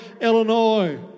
Illinois